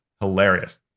Hilarious